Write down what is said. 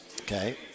Okay